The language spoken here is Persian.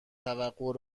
توقع